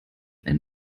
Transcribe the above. ein